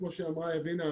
כמו שאמרה יבינה,